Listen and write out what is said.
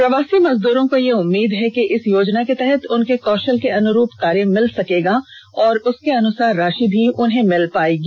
प्रवासी मजदूरों को यह उम्मीद है कि इस योजना के तहत उनके कौशल के अनुरूप कार्य मिल सकेगा और उसके अनुसार राशि भी उन्हें मिल पाएगी